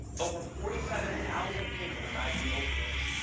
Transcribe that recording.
over forty seven thousand people died from opioids.